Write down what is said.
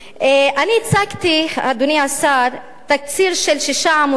אני הצגתי, אדוני השר, תקציר של שישה עמודים.